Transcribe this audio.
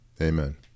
Amen